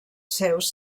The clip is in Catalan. seus